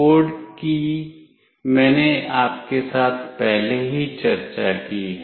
code की मैंने आपके साथ पहले ही चर्चा की है